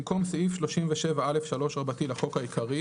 במקום סעיף 37א3 לחוק העיקרי